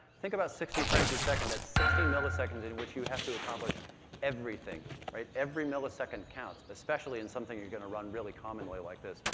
think about sixty frames a second. that's sixteen milliseconds in which you have to accomplish everything right? every millisecond counts, especially in something you're going to run really commonly like this.